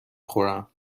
خورم